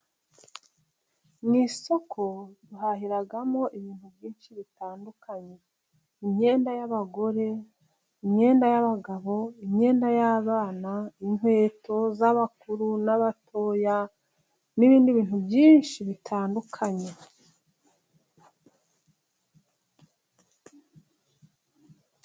Mu isoko bahahiramo ibintu byinshi bitandukanye, imyenda y'abagore, imyenda y'abagabo, imyenda y'abana, inkweto z'abakuru n'abatoya n'ibindi bintu byinshi bitandukanye.